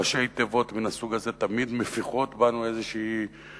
ראשי תיבות מהסוג הזה תמיד מפיחים בנו איזו תקווה,